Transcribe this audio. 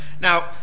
Now